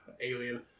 Alien